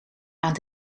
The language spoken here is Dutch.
aan